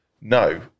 no